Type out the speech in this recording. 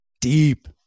deep